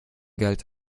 geld